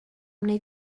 wneud